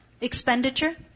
expenditure